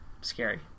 scary